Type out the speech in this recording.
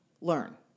learn